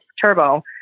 Turbo